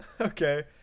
okay